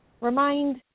remind